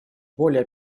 более